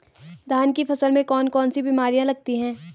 धान की फसल में कौन कौन सी बीमारियां लगती हैं?